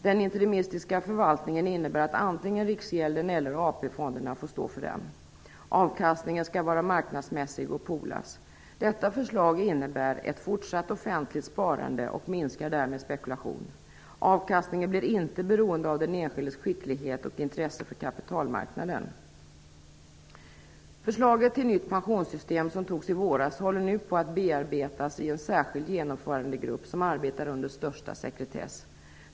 Den interimistiska förvaltningen innebär att antingen Riksgälden eller AP-fonderna får stå för den. Avkastningen skall vara marknadsmässig och "poolas". Detta förslag innebär ett fortsatt offentligt sparande och därmed minskad spekulation. Avkastningen blir inte beroende av den enskildes skicklighet och intresse för kapitalmarknaden. Förslaget till nytt pensionssystem som antogs i våras håller nu på att bearbetas i en särskild genomförandegrupp som arbetar under största sekretess.